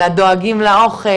לדואגים לאוכל,